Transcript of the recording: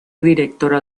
directora